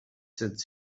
cents